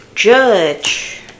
Judge